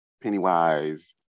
pennywise